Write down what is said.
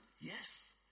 yes